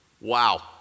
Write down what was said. Wow